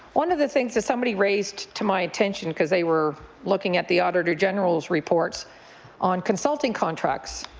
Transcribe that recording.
one of the things that somebody raised to my attention because they were looking at the auditor general's reports on consulting contracts,